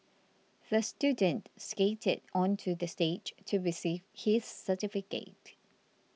the student skated onto the stage to receive his certificate